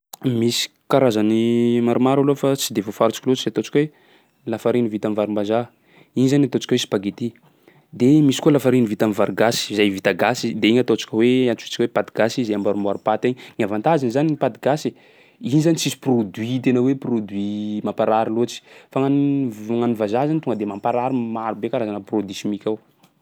Misy karazany maromaro aloha fa tsy de voafaritsiko loatsa ataontsika hoe lafariny vita am'varim-bazaha, igny zany ataontsika hoe spaghetti. De misy koa lafariny vita am'vary gasy zay vita gasy. De igny ataontsika hoe antsoantsika hoe paty gasy zay amboarimboary paty igny. Ny avantageny zany, ny paty gasy: iny zany tsisy produit tena hoe produit mamparary loatsy. Fa gn'an- v- gn'an'ny vazaha zany tonga de mamparary, marobe karazana produit simika ao.